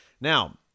Now